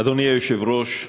אדוני היושב-ראש,